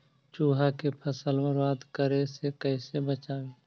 चुहा के फसल बर्बाद करे से कैसे बचाबी?